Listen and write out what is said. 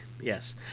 yes